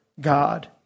God